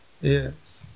Yes